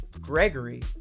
Gregory